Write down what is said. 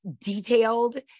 detailed